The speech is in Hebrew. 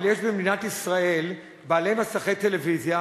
אבל יש במדינת ישראל בעלי מסכי טלוויזיה